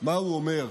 מה הוא אומר.